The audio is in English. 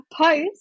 post